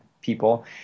people